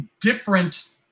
different